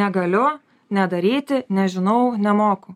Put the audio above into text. negaliu nedaryti nežinau nemoku